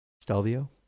Stelvio